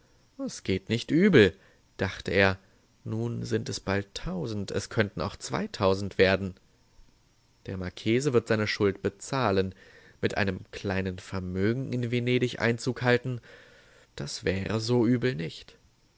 es geht nicht übel dachte er nun sind es bald tausend es können auch zweitausend werden der marchese wird seine schuld bezahlen mit einem kleinen vermögen in venedig einzug halten das wäre so übel nicht